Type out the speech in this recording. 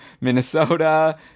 minnesota